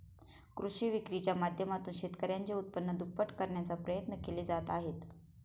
कृषी विक्रीच्या माध्यमातून शेतकऱ्यांचे उत्पन्न दुप्पट करण्याचा प्रयत्न केले जात आहेत